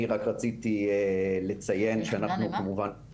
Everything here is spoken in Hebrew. אני רק רציתי לציין שאנחנו כמובן --- יחידה למה?